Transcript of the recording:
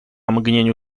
mgnieniu